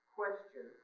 question